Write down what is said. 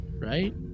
right